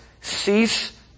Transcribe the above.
Cease